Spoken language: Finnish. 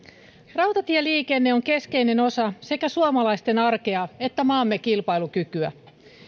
rautatieliikenne on keskeinen osa sekä suomalaisten arkea että maamme kilpailukykyä